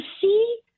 see